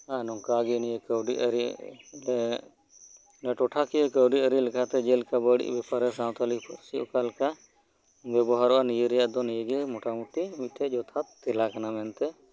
ᱦᱮᱸ ᱱᱚᱝᱠᱟ ᱜᱮ ᱱᱤᱭᱟᱹ ᱠᱟᱣᱰᱤ ᱟᱨᱤ ᱴᱚᱴᱷᱟᱠᱤᱭᱟᱹ ᱠᱟᱣᱰᱤ ᱟᱨᱤ ᱞᱮᱠᱟᱛᱮ ᱡᱮᱞᱮᱠᱟ ᱵᱟᱹᱲᱤᱡ ᱵᱮᱯᱟᱨ ᱨᱮ ᱥᱟᱶᱛᱟᱞᱤ ᱯᱟᱨᱥᱤ ᱚᱠᱟ ᱞᱮᱠᱟ ᱵᱮᱵᱚᱦᱟᱨᱚᱜᱼᱟ ᱱᱤᱭᱟᱹ ᱨᱮᱭᱟᱜ ᱫᱚ ᱱᱤᱭᱟᱹᱜᱮ ᱢᱚᱴᱟᱢᱩᱴᱤ ᱢᱤᱜᱴᱮᱡ ᱡᱚᱛᱷᱟᱛ ᱛᱮᱞᱟ ᱠᱟᱱᱟ ᱢᱮᱱᱛᱮ